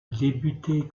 débuté